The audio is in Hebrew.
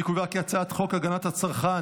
אני קובע כי הצעת חוק הגנת הצרכן,